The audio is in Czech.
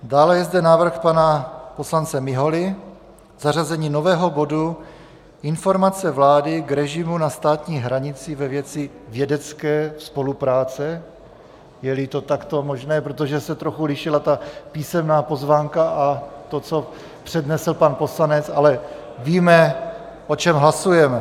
Dále je zde návrh pana poslance Miholy, zařazení nového bodu Informace vlády k režimu na státní hranici ve věci vědecké spolupráce, jeli to takto možné, protože se trochu lišila ta písemná pozvánka a to, co přednesl pan poslanec, ale víme, o čem hlasujeme.